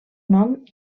nom